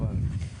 חבל.